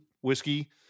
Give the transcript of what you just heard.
whiskey